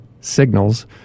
signals